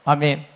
Amen